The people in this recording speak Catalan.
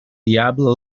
diable